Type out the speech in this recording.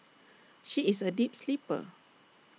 she is A deep sleeper